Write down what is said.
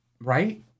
Right